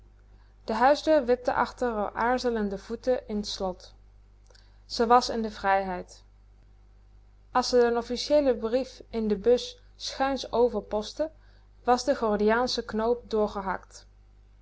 de huisdeur wipte achter r aarzelende voeten in t slot ze was in de vrijheid as ze den officieelen brief in de bus schuins over postte was de gordiaansche knoop doorgehakt